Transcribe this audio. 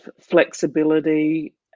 flexibility